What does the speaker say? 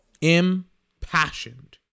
Impassioned